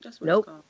Nope